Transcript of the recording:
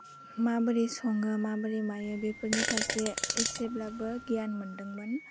माबोरै सङो माबोरै मायो बेफोरनि फारसे एसेब्लाबो गियान मोनदोंमोन